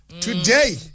Today